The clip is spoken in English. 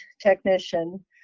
technician